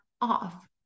off